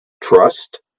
trust